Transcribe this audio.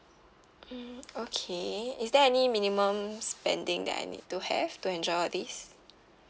hmm okay is there any minimum spending that I need to have to enjoy all these